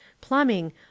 plumbing